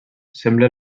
sembla